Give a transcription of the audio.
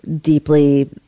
deeply